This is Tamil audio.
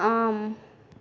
ஆம்